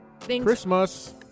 Christmas